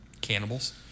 Cannibals